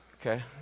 Okay